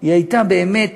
הייתה באמת